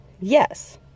yes